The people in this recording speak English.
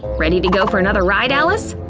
ready to go for another ride, alice?